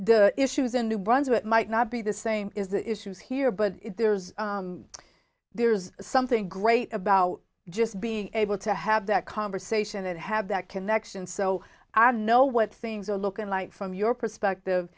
the issues in new brunswick might not be the same is the issues here but there's there's something great about just being able to have that conversation and have that connection so i know what things are looking like from your perspective